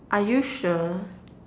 are you sure